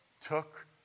took